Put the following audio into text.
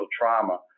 trauma